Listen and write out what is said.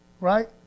Right